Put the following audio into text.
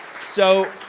so,